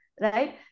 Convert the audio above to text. right